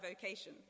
vocation